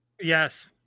Yes